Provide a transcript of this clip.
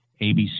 ABC